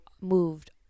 moved